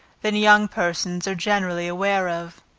than young persons are generally aware of.